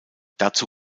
dazu